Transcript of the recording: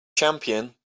champion